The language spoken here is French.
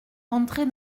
rentrer